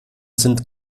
sind